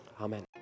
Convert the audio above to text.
amen